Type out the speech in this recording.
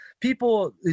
people